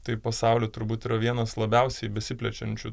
tai pasauly turbūt yra vienas labiausiai besiplečiančių